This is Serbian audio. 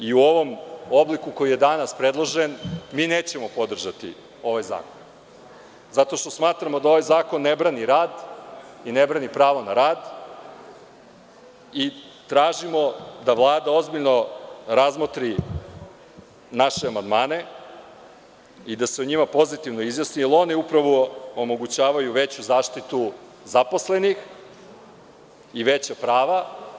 U ovom obliku koji je danas predložen mi nećemo podržati ovaj zakon zato što smatramo da ovaj zakon ne brani rad i ne brani pravo na rad i tražimo da Vlada ozbiljno razmotri naše amandmane i da se o njima pozitivno izjasni, jer oni upravo omogućavaju veću zaštitu zaposlenih i veća prava.